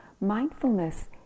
Mindfulness